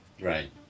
right